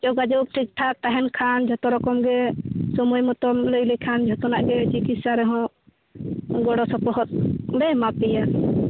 ᱡᱳᱜᱟᱡᱳᱜᱽ ᱴᱷᱤᱠ ᱴᱷᱟᱠ ᱛᱟᱦᱮᱱ ᱠᱷᱟᱱ ᱡᱚᱛᱚ ᱨᱚᱠᱚᱢ ᱜᱮ ᱥᱳᱢᱳᱭ ᱢᱚᱛᱚᱢ ᱞᱟᱹᱭ ᱞᱮᱠᱷᱟᱱ ᱡᱚᱛᱚᱱᱟᱜ ᱜᱮ ᱪᱤᱠᱤᱛᱥᱟ ᱨᱮᱦᱚᱸ ᱜᱚᱲᱚ ᱥᱚᱯᱚᱦᱚᱫ ᱞᱮ ᱮᱢᱟ ᱯᱮᱭᱟ